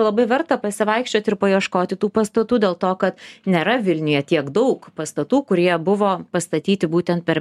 labai verta pasivaikščiot ir paieškoti tų pastatų dėl to ka nėra vilniuje tiek daug pastatų kurie buvo pastatyti būtent per